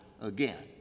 again